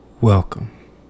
welcome